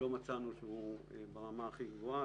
לא מצאנו שהוא ברמה הכי גבוהה.